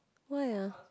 why ah